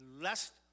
lest